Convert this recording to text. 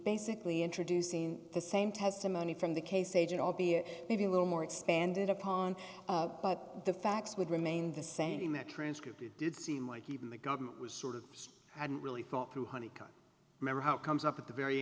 basically introducing the same testimony from the case agent albeit maybe a little more expanded upon but the facts would remain the same in that transcript it did seem like even the government was sort of hadn't really thought through honey remember how comes up at the very